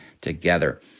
together